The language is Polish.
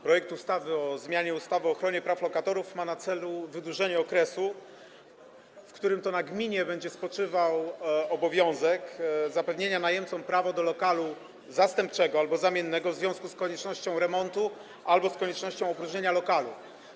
Projekt ustawy o zmianie ustawy o ochronie praw lokatorów ma na celu wydłużenie okresu, w którym na gminie będzie spoczywał obowiązek zapewnienia najemcom prawa do lokalu zastępczego albo zamiennego w związku z koniecznością remontu albo koniecznością opróżnienia lokalu.